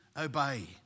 obey